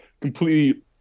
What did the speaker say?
completely